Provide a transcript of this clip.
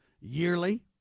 yearly